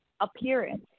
appearance